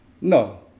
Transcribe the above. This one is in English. No